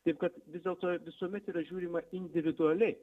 taip kad vis dėlto visuomet yra žiūrima individualiai